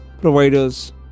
providers